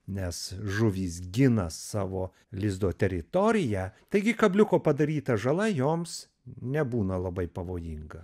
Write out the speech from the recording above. nes žuvys gina savo lizdo teritoriją taigi kabliuko padaryta žala joms nebūna labai pavojinga